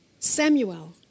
Samuel